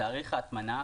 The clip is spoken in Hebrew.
תאריך ההטמנה,